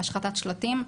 השחתת שלטים,